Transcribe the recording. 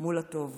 מול הטוב.